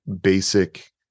basic